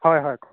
হয় হয় কওক